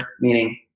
meaning